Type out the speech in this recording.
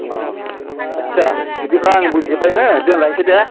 अ आदसा बिदिब्ला आं बुजिजोबाय हो दोनलायनोसै दे